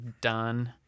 done